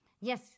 Yes